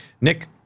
nick